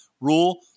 rule